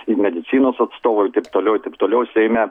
ir medicinos atstovai i taip toliau i taip toliau seime